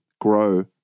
grow